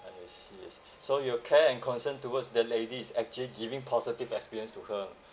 I see so your care and concern towards the lady is actually giving positive experience to her